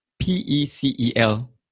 P-E-C-E-L